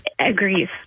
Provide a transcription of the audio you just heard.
agrees